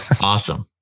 Awesome